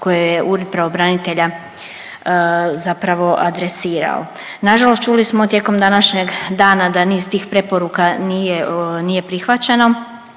koje je Ured pravobranitelja zapravo adresirao. Nažalost čuli smo tijekom današnjeg dana da niz tih preporuka nije, nije prihvaćeno,